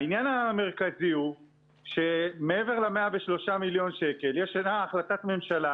העניין המרכזי הוא שמעבר ל-103 מיליון שקלים ישנה החלטת ממשלה